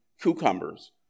cucumbers